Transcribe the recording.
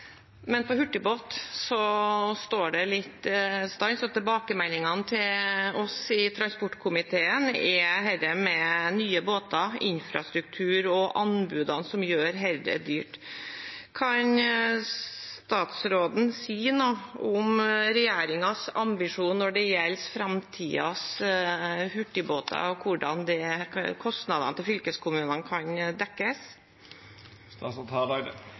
men på hurtigbåt er det litt stans. Tilbakemeldingene til oss i transportkomiteen er at dette med nye båter, infrastruktur og anbudene gjør dette dyrt. Kan statsråden si noe om regjeringens ambisjon når det gjelder framtidens hurtigbåter, og hvordan kostnadene til fylkeskommunene kan dekkes?